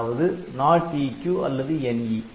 அதாவது NOT EQ அல்லது NE